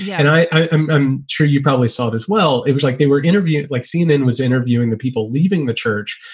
yeah and i'm i'm sure you probably saw it as well. it was like they were interviewed, like cnn was interviewing the people leaving the church.